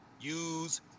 use